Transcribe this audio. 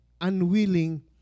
unwilling